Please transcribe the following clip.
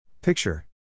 Picture